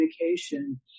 communication